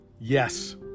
Yes